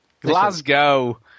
Glasgow